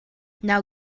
now